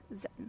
Zen